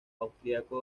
austríaco